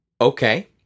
Okay